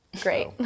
great